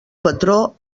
patró